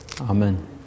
Amen